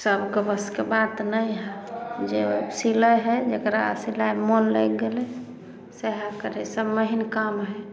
सबके बसके बात नहि हइ जे सिलै है जकरा सिलाइमे मन लागि गेलै सएह करै ई सब महीन काम हइ